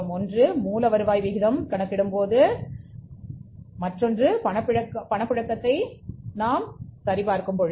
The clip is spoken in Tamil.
ஒன்று மூல வருவாய் விகிதம் கணக்கிடும் போது கணக்கிடும்போது மற்றும் பணப்புழக்க தென்படும் போது இதை நாம் பார்த்து இருக்கிறோம்